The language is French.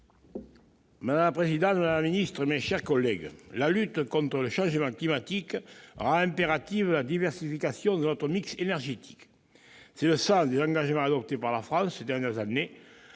Madame la présidente, madame la ministre, mes chers collègues, la lutte contre le changement climatique rend impérative la diversification de notre mix énergétique. C'est le sens des engagements adoptés par la France ces dernières années